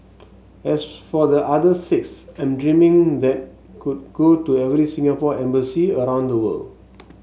as for the other six I'm dreaming that could go to every Singapore embassy around the world